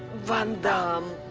van damme.